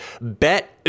Bet